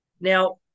Now